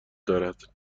دارد